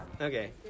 Okay